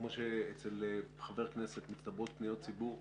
כמו שאצל חבר כנסת מצטברות פניות ציבור,